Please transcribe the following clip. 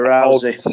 Rousey